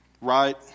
right